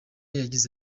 yagize